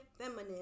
feminine